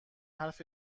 حرف